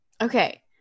Okay